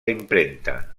impremta